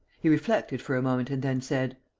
he reflected for a moment and then said